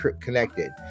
connected